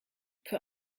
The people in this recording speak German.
für